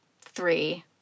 three